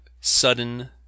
sudden